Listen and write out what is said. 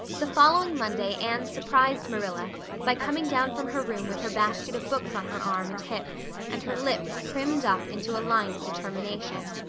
the following monday anne surprised marilla by coming down from her room with her basket of books on her arm and hip and her lips primmed up into a line of determination.